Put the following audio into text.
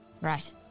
Right